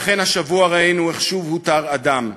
ואכן, השבוע ראינו איך שוב הותר הדם,